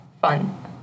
Fun